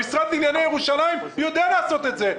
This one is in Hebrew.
המשרד לענייני ירושלים יודע לעשות את זה.